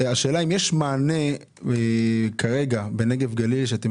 השאלה אם יש מענה כרגע בנגב גליל שאתם